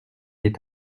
est